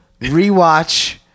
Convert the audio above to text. rewatch